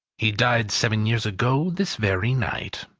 he died seven years ago, this very night.